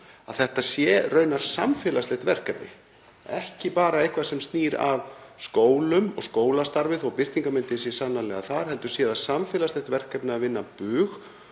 að þetta sé raunar samfélagslegt verkefni, ekki bara eitthvað sem snýr að skólum og skólastarfi þó að birtingarmyndin sé sannarlega þar? Það sé samfélagslegt verkefni að vinna bug